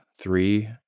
three